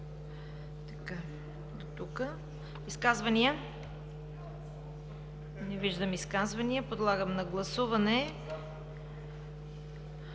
Изказвания? Не виждам изказвания. Подлагам на гласуване